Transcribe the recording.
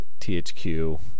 THQ